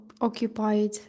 occupied